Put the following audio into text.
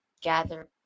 gather